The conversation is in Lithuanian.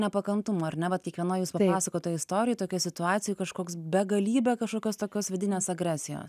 nepakantumo ir ar ne vat kiekvienoj jūsų papasakotoj istorijoj tokioj situacijoj kažkoks begalybė kažkokios tokios vidinės agresijos